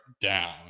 down